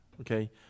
okay